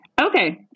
Okay